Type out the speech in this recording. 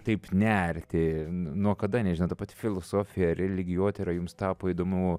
taip nerti nuo kada nežinau ta pati filosofija religijotyra jums tapo įdomu